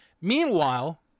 Meanwhile